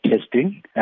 testing